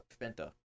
Fenta